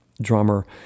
drummer